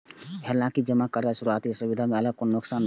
हालांकि जमाकर्ता के शुरुआती असुविधा के अलावा कोनो नुकसान नै भेलै